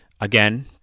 Again